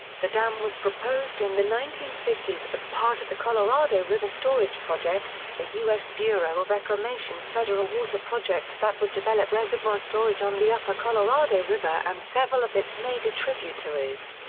the dam was proposed in the nineteen fifty s as part of the colorado river storage project, a u s. bureau of reclamation federal water project that would develop reservoir storage on the upper colorado river and several of its major tributaries.